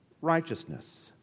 righteousness